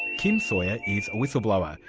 kim sawyer is a whistleblower.